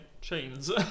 Chains